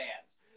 fans